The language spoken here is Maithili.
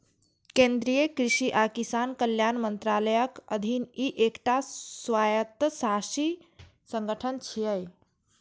केंद्रीय कृषि आ किसान कल्याण मंत्रालयक अधीन ई एकटा स्वायत्तशासी संगठन छियै